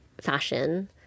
fashion